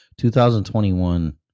2021